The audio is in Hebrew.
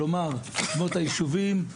כלומר שמות היישובים,